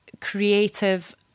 creative